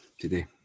today